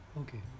Okay